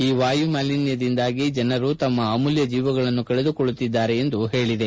ಈ ವಾಯುಮಾಲಿನ್ನದಿಂದಾಗಿ ಜನರು ತಮ್ಮ ಅಮೂಲ್ಲ ಜೀವಗಳನ್ನು ಕಳೆದುಕೊಳ್ಳುತ್ತಿದ್ದಾರೆ ಎಂದು ಹೇಳಿದೆ